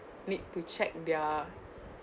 need to check their